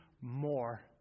more